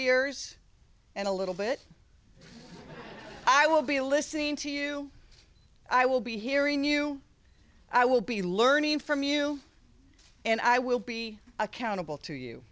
years and a little bit i will be listening to you i will be hearing you i will be learning from you and i will be accountable to you